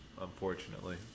unfortunately